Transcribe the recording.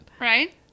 Right